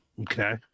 okay